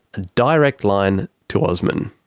a direct line to osman.